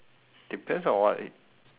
depends on what it